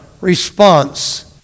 response